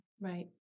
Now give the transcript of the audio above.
Right